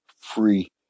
free